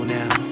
now